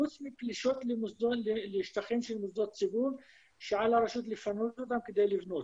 חוץ מפלישות לשטחים של מוסדות ציבור שעל הרשות לפנות אותם כדי לבנות.